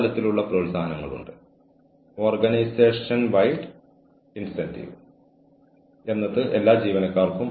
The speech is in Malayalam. മോട്ടോർ വാഹനമോ റോഡ് ലംഘനമോ പോലുള്ള ചില കേസുകൾ അത്ര ഗുരുതരമല്ലായിരിക്കാം